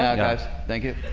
yeah guys, thank you.